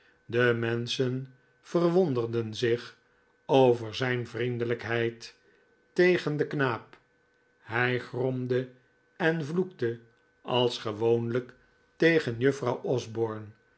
de menschen verwonderden zich over zijn vriendelijkheid tegen den knaap hij gromde en vloekte als gewoonlijk tegen juffrouw osborne